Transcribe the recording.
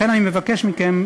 לכן אני מבקש מכם,